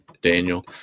Daniel